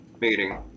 meeting